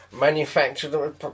manufactured